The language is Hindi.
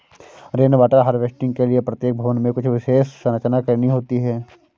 रेन वाटर हार्वेस्टिंग के लिए प्रत्येक भवन में कुछ विशेष संरचना करनी होती है